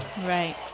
Right